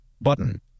button